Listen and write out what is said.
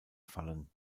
fallen